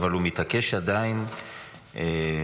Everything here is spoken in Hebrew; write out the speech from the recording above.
אבל הוא מתעקש עדיין --- נכון,